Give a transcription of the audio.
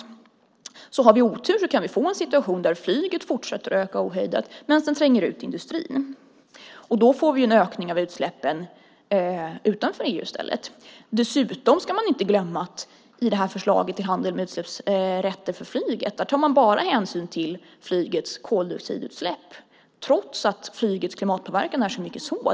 Om vi har otur kan vi få en situation där flyget fortsätter att öka ohejdat och tränger ut industrin. Då får vi i stället en ökning av utsläppen utanför EU. Dessutom ska man inte glömma att i förslaget till handel med utsläppsrätter för flyget tar man bara hänsyn till flygets koldioxidutsläpp trots att flygets klimatpåverkan är mycket mer än det.